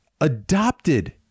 adopted